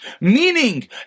meaning